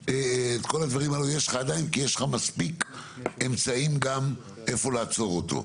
כל הדברים הללו יש לך עדיין כי יש לך מספיק אמצעים גם איפה לעצור אותו.